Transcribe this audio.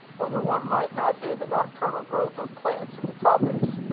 whether one might not hear the nocturnal growth of plants in the tropics.